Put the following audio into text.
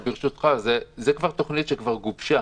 ברשותך, זאת תוכנית שהיא כבר גובשה.